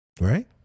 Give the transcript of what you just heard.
right